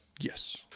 Yes